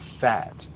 fat